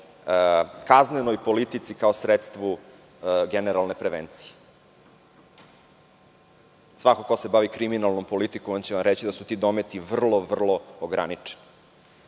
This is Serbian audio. kaznenoj politici kao sredstvu generalne prevencije. Svako ko se bavi kriminalnom politikom on će vam reći da su ti dometi vrlo, vrlo ograničeni.